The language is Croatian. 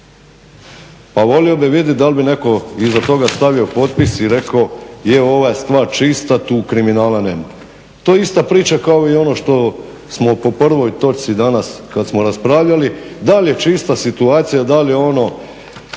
pa volio bih vidjeti da li bi netko iza toga stavio potpis i rekao, je ova je stvar čista, tu kriminala nema. To je ista priča kao i ono što smo po prvoj točci danas kad smo raspravljali dal' je čista situacija, dal' je ono